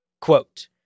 Quote